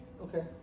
Okay